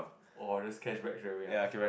oh or just scratch back away ah